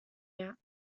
yet